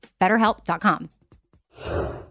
BetterHelp.com